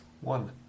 One